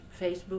Facebook